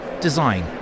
design